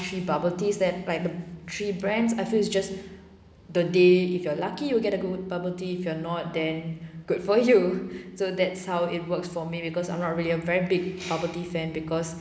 three bubble teas that like the three brands I feel it's just the day if you are lucky you get a good bubble tea if you're not then good for you so that's how it works for me because I'm not really a very big bubble tea fan because